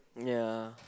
ya